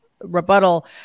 rebuttal